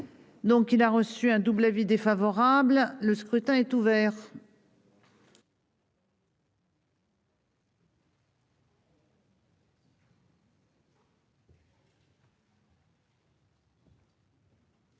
Donc il a reçu un double avis défavorable, le scrutin est ouvert.